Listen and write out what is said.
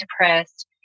depressed